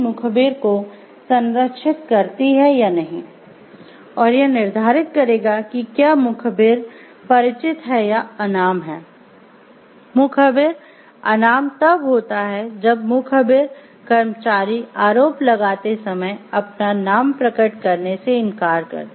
मुखबिर अनाम तब होता है जब मुखबिर कर्मचारी आरोप लगाते समय अपना नाम प्रकट करने से इनकार कर दे